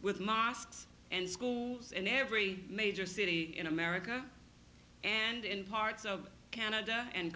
with mosques and schools in every major city in america and in parts of canada and